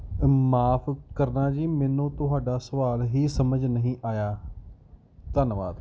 ਮਾਫ਼ ਕਰਨਾ ਜੀ ਮੈਨੂੰ ਤੁਹਾਡਾ ਸਵਾਲ ਹੀ ਸਮਝ ਨਹੀਂ ਆਇਆ ਧੰਨਵਾਦ